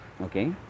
Okay